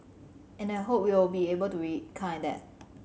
and I hope we'll be able to rekindle that